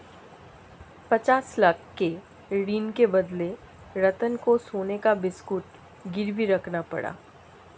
पचास लाख के ऋण के बदले रतन को सोने का बिस्कुट गिरवी रखना पड़ा